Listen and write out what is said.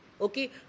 Okay